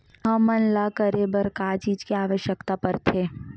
हमन ला करे बर का चीज के आवश्कता परथे?